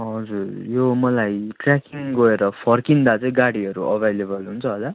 हजुर यो मलाई ट्रेकिङ गएर फर्किँदा चाहिँ गाडीहरू अभाइलेबल हुन्छ होला